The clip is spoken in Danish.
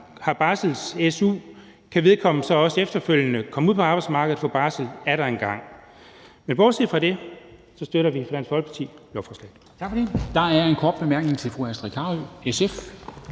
får barsels-su; kan vedkommende så også efterfølgende komme ud på arbejdsmarkedet og få barsel atter en gang? Men bortset fra det støtter vi i Dansk Folkeparti